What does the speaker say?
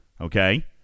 Okay